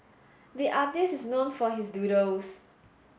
the artist is known for his doodles